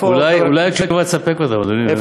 אולי התשובה תספק אותם, אדוני.